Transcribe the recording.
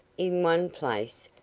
in one place,